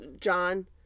John